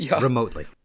remotely